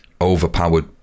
overpowered